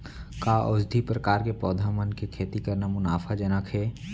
का औषधीय प्रकार के पौधा मन के खेती करना मुनाफाजनक हे?